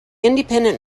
independent